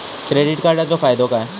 Credit कार्डाचो फायदो काय?